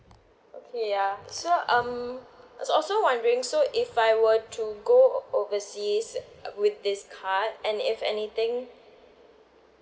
okay ya so um I was also wondering so if I were to go overseas uh with this card and if anything